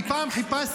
אני פעם חיפשתי,